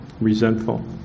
resentful